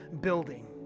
building